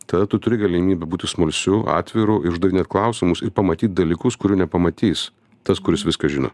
tada tu turi galimybių būti smalsiu atviru ir uždavinėt klausimus ir pamatyt dalykus kurių nepamatys tas kuris viską žino